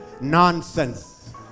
Nonsense